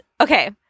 okay